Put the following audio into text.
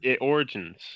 origins